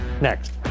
next